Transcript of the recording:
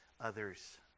others